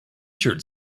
shirt